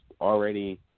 already